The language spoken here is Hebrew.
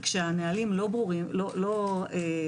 וכשהנהלים לא מובנים